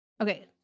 Okay